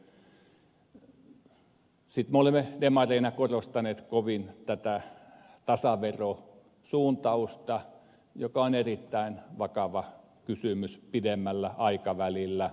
sitten me olemme demareina kovin korostaneet tätä tasaverosuuntausta joka on erittäin vakava kysymys pidemmällä aikavälillä